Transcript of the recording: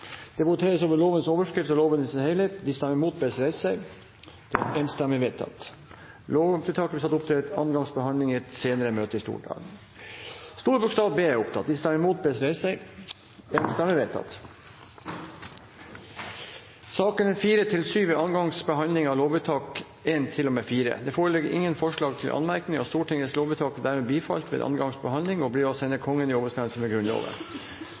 Det voteres over lovens overskrift og loven i sin helhet. Lovvedtaket vil bli satt opp til andre gangs behandling i et senere møte i Stortinget. Sakene nr. 4–7 er andre gangs behandling av lovvedtakene 1–4. Det foreligger ingen forslag til anmerkning, og Stortingets lovvedtak er dermed bifalt ved andre gangs behandling og blir å sende Kongen i overensstemmelse med Grunnloven.